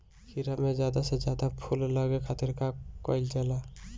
खीरा मे ज्यादा से ज्यादा फूल लगे खातीर का कईल जाला?